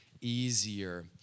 easier